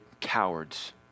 cowards